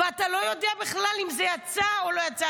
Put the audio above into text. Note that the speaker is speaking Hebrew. ואתה לא יודע בכלל אם זה יצא או לא יצא.